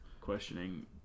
questioning